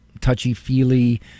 touchy-feely